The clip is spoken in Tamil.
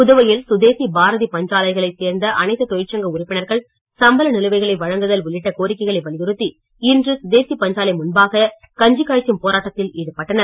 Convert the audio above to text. புதுவையில் சுதேசி பாரதி பஞ்சாலைகளை சேர்ந்த அனைத்து தொழிற்சங்க உறுப்பினர்கள் சம்பள நிலுவைகளை வழங்குதல் உள்ளிட்ட கோரிக்கைகளை வலியுறுத்தி இன்று சுதேசி பஞ்சாலை முன்பாக கஞ்சி காய்ச்சும் போராட்டத்தில் ஈடுபட்டனர்